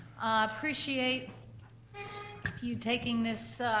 appreciate you taking this